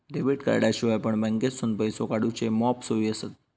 debit कार्डाशिवाय पण बँकेतसून पैसो काढूचे मॉप सोयी आसत